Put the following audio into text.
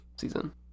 season